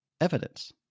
evidence